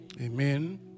amen